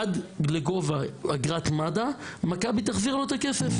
עד לגובה אגרת מד"א מכבי תחזיר לו את הכסף.